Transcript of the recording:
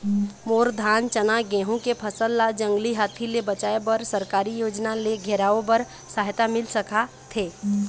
मोर धान चना गेहूं के फसल ला जंगली हाथी ले बचाए बर सरकारी योजना ले घेराओ बर सहायता मिल सका थे?